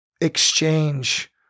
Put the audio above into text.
exchange